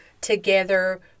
together